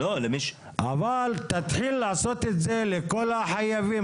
אבל תתחיל לעשות את זה לכל החייבים.